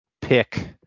pick